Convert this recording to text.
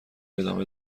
ادامه